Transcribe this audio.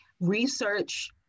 research